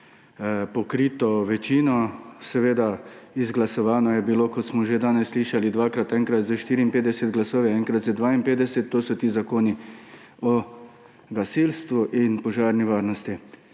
pokrito večino. Izglasovano je bilo, kot smo že danes slišali dvakrat, enkrat s 54 glasovi, enkrat z 52. To so ti zakoni o gasilstvu in požarni varnosti.